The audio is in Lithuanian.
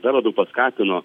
dar labiau paskatino